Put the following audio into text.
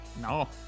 no